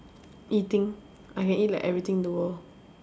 eating I can eat like everything in the world